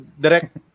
direct